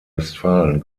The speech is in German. westfalen